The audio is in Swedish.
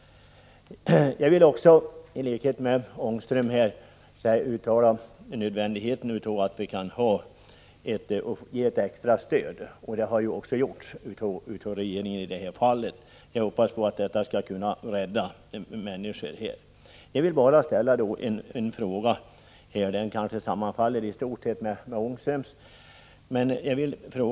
Jag vill i likhet med Rune Ångström understryka nödvändigheten av att 145 det kommer att utgå ett extra stöd i anledning av årets besvärliga skördeförhållanden, och ett sådant har ju regeringen också lämnat i detta fall. Jag hoppas att det skall kunna rädda en del av de aktuella jordbruken. Jag vill avslutningsvis ställa en fråga, som i stort sett sammanfaller med Ångströms.